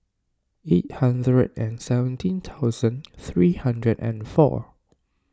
eight hundred and seventeen thousand three hundred and four